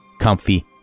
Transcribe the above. comfy